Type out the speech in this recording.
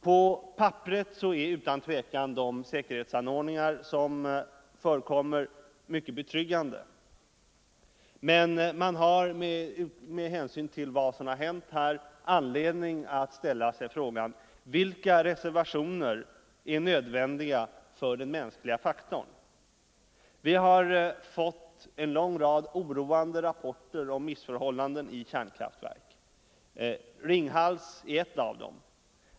På papperet är utan tvivel de säkerhetsanordningar som förekommer mycket betryggande. Men man har, med hänsyn till vad som hänt här, anledning att ställa frågan: Vilka reservationer är nödvändiga för den mänskliga faktorn? Vi har fått en lång rad oroande rapporter om missförhållanden i kärnkraftverk. Ringhals är ett av dem.